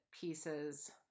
pieces